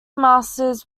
masters